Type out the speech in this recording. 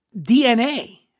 DNA